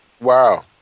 wow